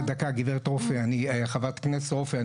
ח"כ רופא,